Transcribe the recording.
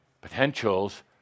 Potentials